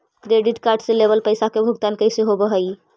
Credit card से लेवल पैसा के भुगतान कैसे होव हइ?